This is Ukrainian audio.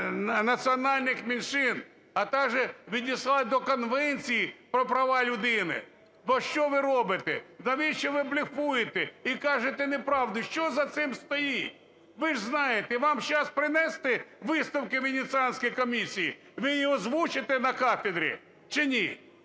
національних меншин, а также відіслали до Конвенції про права людини. Що ви робите? Навіщо ви блефуєте і кажете неправду? Що за цим стоїть? Ви ж знаєте, вам сейчас принести висновки Венеціанської комісії? Ви їх озвучите на кафедрі чи ні?